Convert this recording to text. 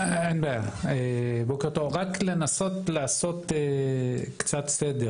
רק לנסות לעשות קצת סדר